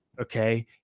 okay